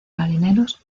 marineros